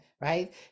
right